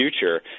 future